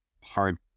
hard